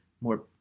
more